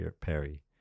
Perry